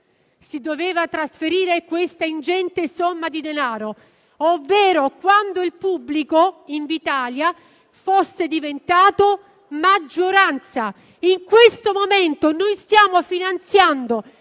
dovuto trasferire l'ingente somma di denaro, ovvero quando il pubblico, Invitalia, fosse diventato maggioranza. In questo momento stiamo finanziando